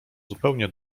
zupełnie